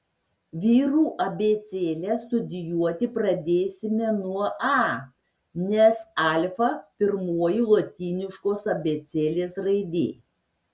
vyrų abėcėlę studijuoti pradėsime nuo a nes alfa pirmoji lotyniškos abėcėlės raidė